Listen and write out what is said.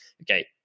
okay